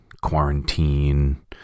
quarantine